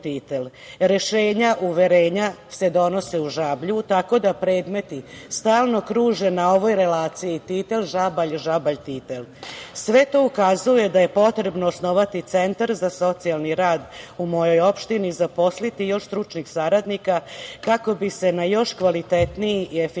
Rešenja ili uverenja se donose u Žablju, tako da predmeti stalno kruže na ovoj relaciji, Titel-Žabalj, Žabalj-Titel. Sve to ukazuje da je potrebno osnovati centar za socijalni rad u mojoj opštini. Zaposliti još stručnih saradnika kako bi se na još kvalitetniji i efikasniji